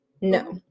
no